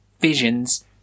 visions